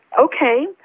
okay